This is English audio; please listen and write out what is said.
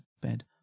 bed